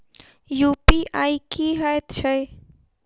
UPI की हएत छई?